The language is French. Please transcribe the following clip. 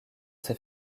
ses